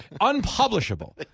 unpublishable